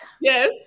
Yes